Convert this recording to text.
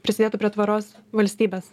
prisidėtų prie tvarios valstybės